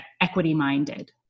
equity-minded